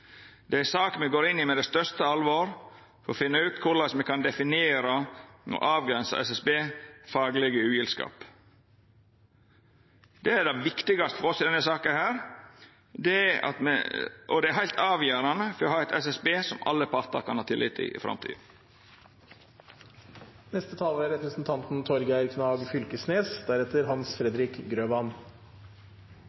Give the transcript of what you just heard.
Det er ei sak me går inn i med største alvor for å finna ut korleis me kan definera og avgrensa SSB sin faglege ugildskap. Det er det vitigaste for oss i denne saka, og det er heilt avgjerande for å ha eit SSB som alle partar kan ha tillit til i framtida. Dei tre store spørsmåla i denne saka er: